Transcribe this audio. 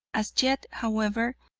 as yet, however,